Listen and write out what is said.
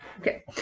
okay